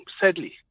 sadly